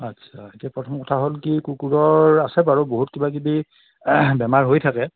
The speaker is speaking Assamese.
আচ্ছা এতিয়া প্ৰথম কথা হ'ল কি কুকুৰৰ আছে বাৰু বহুত কিবা কিবি বেমাৰ হৈ থাকে